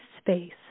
space